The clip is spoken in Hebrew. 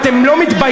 אתם לא מתביישים?